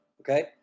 Okay